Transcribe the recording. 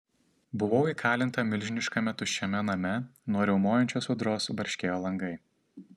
buvau įkalinta milžiniškame tuščiame name nuo riaumojančios audros barškėjo langai